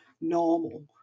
normal